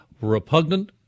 repugnant